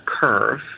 curve